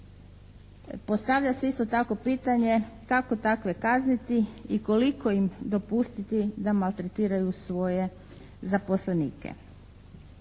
Postavlja se isto tako pitanje kako takve kazniti i koliko im dopustiti da maltretiraju svoje zaposlenike?